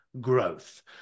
growth